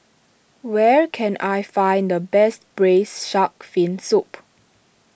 where can I find the best Braised Shark Fin Soup